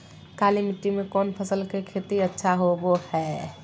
काली मिट्टी में कौन फसल के खेती अच्छा होबो है?